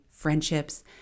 friendships